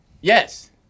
Yes